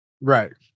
Right